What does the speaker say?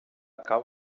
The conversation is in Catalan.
causa